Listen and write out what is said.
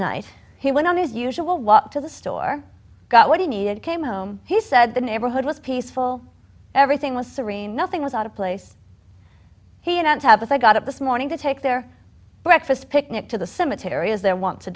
night he went on his usual walk to the store got what he needed came home he said the neighborhood was peaceful everything was serene nothing was out of place here and have i got up this morning to take their breakfast picnic to the cemetery is there want to